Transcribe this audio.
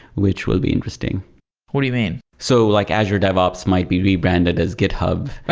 which will be interesting what do you mean? so like azure dev ops might be rebranded as github ah